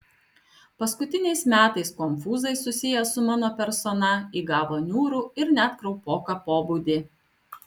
paskutiniais metais konfūzai susiję su mano persona įgavo niūrų ir net kraupoką pobūdį